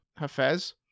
Hafez